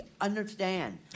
understand